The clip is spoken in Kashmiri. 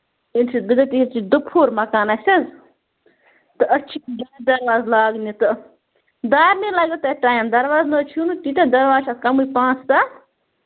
تِم چھِ بِظٲتی یہِ حظ چھُ دُپۅہُر مَکانہٕ اَسہِ حظ تہٕ اَسہِ چھِ دارِ دروازٕ لاگٔنہِ تہٕ دارنٕے لگٮ۪و تۄہہِ ٹایم دراوازٕ چھُنہٕ تیٖتاہ دروازٕ چھِ اَتھ کَمٕے پانٛژھ سَتھ